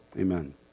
Amen